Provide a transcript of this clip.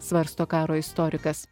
svarsto karo istorikas